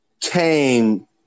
came